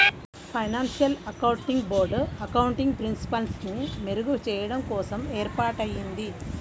financial accounting board accounting ప్రిన్సిపల్స్ని మెరుగుచెయ్యడం కోసం ఏర్పాటయ్యింది